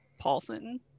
Paulson